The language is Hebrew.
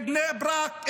בבני ברק,